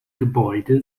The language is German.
gebäude